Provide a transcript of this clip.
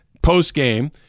Post-game